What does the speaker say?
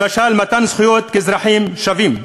למשל מתן זכויות כאזרחים שווים.